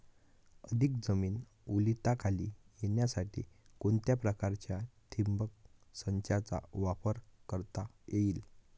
अधिक जमीन ओलिताखाली येण्यासाठी कोणत्या प्रकारच्या ठिबक संचाचा वापर करता येईल?